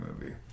movie